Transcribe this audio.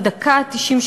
בדקה התשעים,